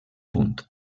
punt